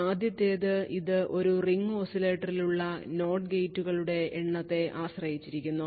ആദ്യത്തേത് ഇത് ഈ റിംഗ് ഓസിലേറ്ററിൽ ഉള്ള NOT ഗേറ്റുകളുടെ എണ്ണത്തെ ആശ്രയിച്ചിരിക്കുന്നു